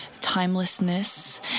timelessness